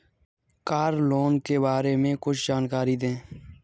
Car loan के बारे में कुछ जानकारी दें?